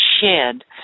shed